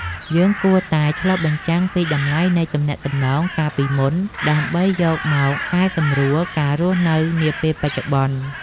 យើងគួរតែឆ្លុះបញ្ចាំងពីតម្លៃនៃទំនាក់ទំនងកាលពីមុន ដើម្បីយកមកកែសម្រួលការរស់នៅនាពេលបច្ចុប្បន្ន។